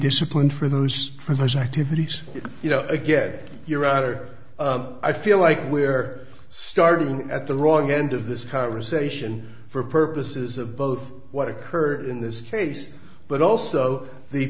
disciplined for those for his activities you know again you're either i feel like we're starting at the wrong end of this conversation for purposes of both what occurred in this case but also the